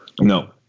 No